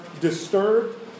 disturbed